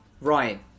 Ryan